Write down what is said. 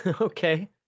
Okay